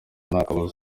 ntakabuza